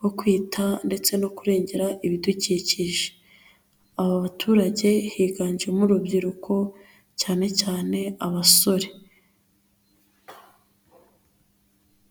wo kwita ndetse no kurengera ibidukikije, aba baturage higanjemo urubyiruko cyane cyane abasore.